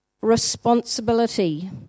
responsibility